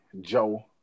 Joe